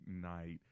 night